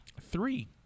Three